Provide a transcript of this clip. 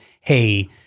hey